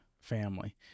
family